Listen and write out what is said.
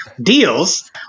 deals